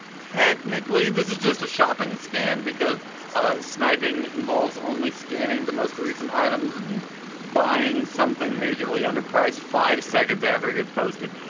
technically, this is just a shopping scan, because sniping involves only scanning the most recent items and buying something majorly underpriced five seconds after it gets posted.